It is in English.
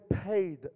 paid